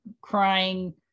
crying